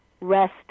rest